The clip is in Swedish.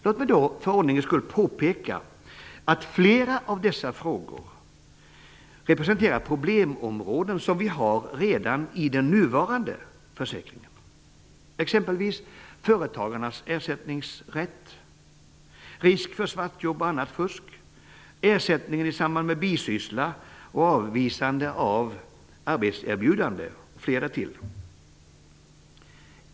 Låt mig för ordningens skull påpeka att flera av dessa frågor representerar problemområden som vi redan har i den nuvarande försäkringen, exempelvis företagarnas ersättningsrätt, risk för svartjobb och annat fusk, ersättning i samband med bisyssla, avvisande av arbetserbjudanden m.m.